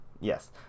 yes